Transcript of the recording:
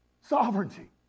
sovereignty